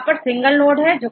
यहां पर single node है